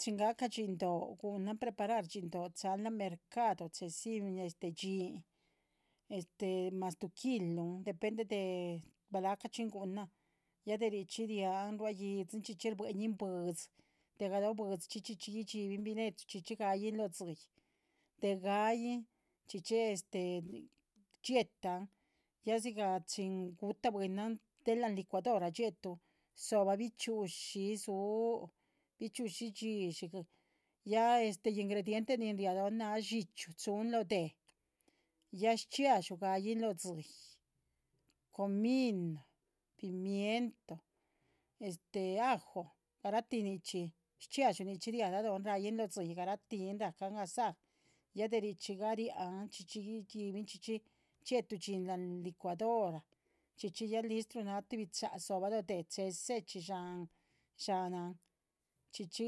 Chín ga’ca dhxín dóh gu’nan preparar dhxín dóh chahan la´nh mercadu chehdzin dhxín mas tuh kilun depende balahca dhxín gu´nan ya de nichxí rian rua yídziluh. chxíchxi buéhnin bwídzi chxíchxi gudxibin bine’chu gayin lotsii de ga’yin chxíchxi yetan ya dhxígah chín dxie´tu bwinan del la’nh licuadora dxie´tun dzo´ba. bichxi´ushi su, bichxi´ushi yidhzi ya este ingrediente ni nnah ria lóhn naah dxíchyu chún lóh deh ya shchxiadxú ga’yin lóh dzíyih, comino, pimiento, este ajo,. garahti nichxí shchxiadxú nichxí riara lóhnn- ra’yin lóh dzíyih garahti racan asar ya de richxí gariahan chxíchxi dxie´tu dhxín la’han licuadora chxíchxi ya listru. náha tuhbi shcha´ dzo´ba lóh deh che’h ze´chxi dxá nahn chxíchxi